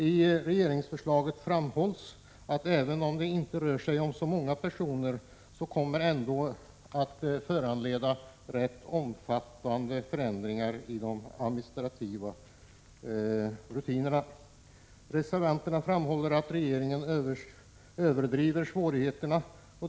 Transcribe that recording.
I regeringsförslaget framhålls att även om det inte rör sig om många personer, kommer ett genomförande av förslaget ändå att föranleda rätt omfattande ändringar i de administrativa rutinerna. Reservanterna framhåller att regeringen överdriver svårigheterna.